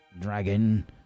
Dragon